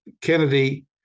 Kennedy